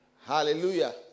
Hallelujah